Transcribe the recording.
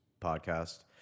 podcast